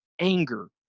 anger